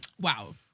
Wow